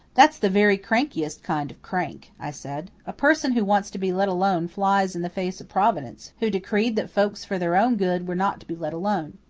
that's the very crankiest kind of crank, i said. a person who wants to be let alone flies in the face of providence, who decreed that folks for their own good were not to be let alone.